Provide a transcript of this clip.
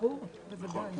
ברור, בוודאי.